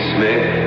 Smith